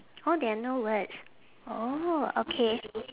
oh there are no words orh okay